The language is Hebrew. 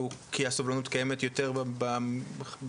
כי הסובלנות קיימת יותר- -- צריך